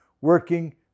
working